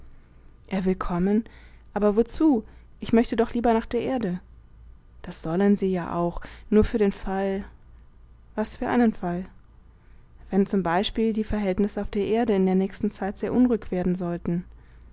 er will kommen aber wozu ich möchte doch lieber nach der erde das sollen sie ja auch nur für den fall was für einen fall wenn zum beispiel die verhältnisse auf der erde in der nächsten zeit sehr unruhig werden sollten